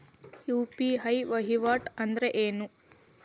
UPI ವಹಿವಾಟ್ ಅಂದ್ರೇನು?